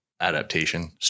adaptation